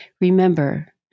Remember